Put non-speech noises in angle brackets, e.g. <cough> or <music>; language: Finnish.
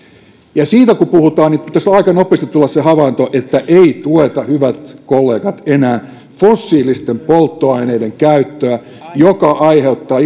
ja siitä kun puhutaan niin pitäisi aika nopeasti tulla se havainto että ei tueta hyvät kollegat enää fossiilisten polttoaineiden käyttöä joka aiheuttaa <unintelligible>